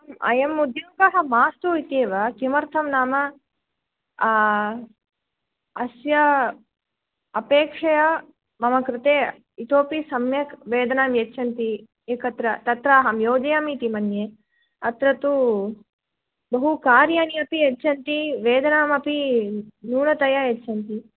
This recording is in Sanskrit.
अयं उद्योगः मास्तु इत्येव किमर्थं नाम अस्य अपेक्षया मम कृते इतोपि सम्यक् वेतनं यच्छन्ति एकत्र तत्र अहं योजयामि इति मन्ये अत्र तु बहु कार्याणि अपि यच्छन्ति वेतनामपि न्यूनतया यच्छन्ति